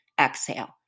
exhale